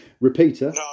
Repeater